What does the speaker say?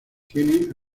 tiene